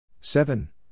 seven